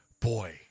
Boy